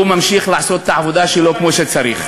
הוא ממשיך לעשות את העבודה שלו כמו שצריך,